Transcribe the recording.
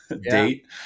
date